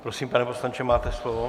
Prosím, pane poslanče, máte slovo.